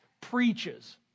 preaches